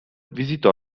visitò